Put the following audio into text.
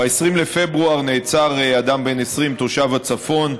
ב-20 בפברואר נעצר אדם בן 20, תושב הצפון,